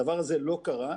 הדבר הזה לא קרה.